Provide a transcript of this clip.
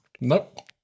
Nope